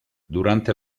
durante